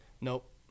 Nope